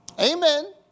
Amen